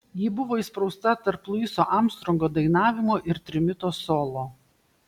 ji buvo įsprausta tarp luiso armstrongo dainavimo ir trimito solo